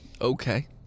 Okay